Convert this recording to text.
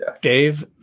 Dave